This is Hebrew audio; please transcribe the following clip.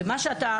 ומה שאתה,